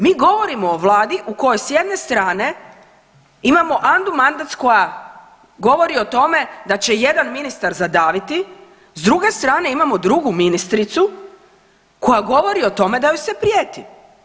Mi govorimo o vladi u kojoj s jedne strane imamo Anu Mandac koja govori o tome da će je jedan ministar zadaviti, s druge strane imamo drugu ministricu koja govori o tome da joj se prijeti.